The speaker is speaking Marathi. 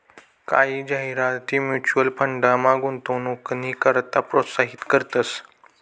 कायी जाहिराती म्युच्युअल फंडमा गुंतवणूकनी करता प्रोत्साहित करतंस